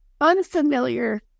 unfamiliar